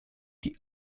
die